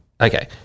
Okay